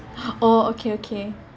oh okay okay